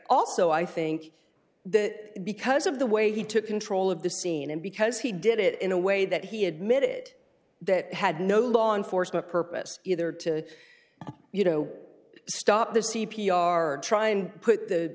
also i think that because of the way he took control of the scene and because he did it in a way that he admitted that it had no law enforcement purpose either to you know stop the c p r or try and put the